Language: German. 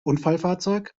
unfallfahrzeug